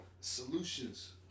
Solutions